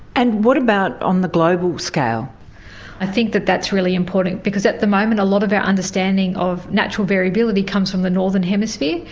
and what about on the global scale i think that that's really important because at the moment a lot of our understanding of natural variability comes from the northern hemisphere,